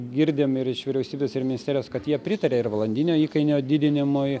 girdim ir iš vyriausybės ir ministerijos kad jie pritaria ir valandinio įkainio didinimui